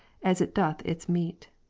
as it doth its meat.